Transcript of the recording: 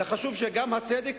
אלא חשוב שגם הצדק,